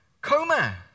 coma